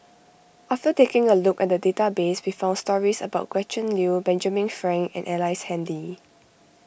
after taking a look at the database we found stories about Gretchen Liu Benjamin Frank and Ellice Handy